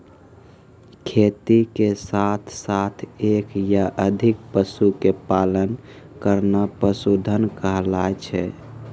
खेती के साथॅ साथॅ एक या अधिक पशु के पालन करना पशुधन कहलाय छै